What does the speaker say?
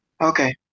Okay